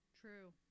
True